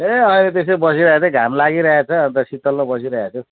ए अहिले त्यसै बसिराखेको थिएँ घाम लागिरहेको छ अनि त शीतलमा बसिरहेको छु